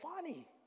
funny